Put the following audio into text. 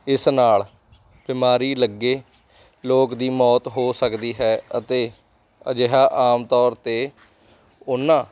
ਇਸ ਨਾਲ ਬਿਮਾਰੀ ਲੱਗੇ ਲੋਕਾਂ ਦੀ ਮੌਤ ਹੋ ਸਕਦੀ ਹੈ ਅਤੇ ਅਜਿਹਾ ਆਮ ਤੌਰ 'ਤੇ ਉਹਨਾਂ